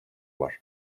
var